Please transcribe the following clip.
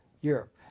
Europe